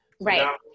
Right